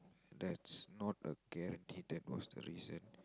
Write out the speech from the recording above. that is not a guarantee that was a reason